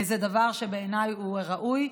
זה דבר שבעיניי הוא ראוי.